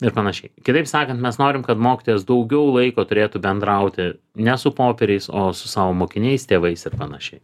ir panašiai kitaip sakant mes norim kad mokytojas daugiau laiko turėtų bendrauti ne su popieriais o su savo mokiniais tėvais ir panašiai